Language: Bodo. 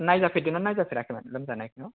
नायजाफेरदों ना नायजाफेराखैमोन लोमजानायखौ